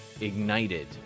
ignited